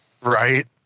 right